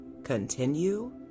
Continue